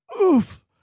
oof